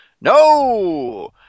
No